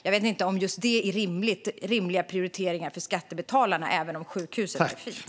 Jag vet inte om det är rimliga prioriteringar för skattebetalarna, även om sjukhuset är fint.